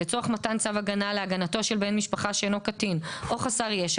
לצורך מתן צו הגנה להגנתו של בן משפחה שאינו קטין או חסר ישע,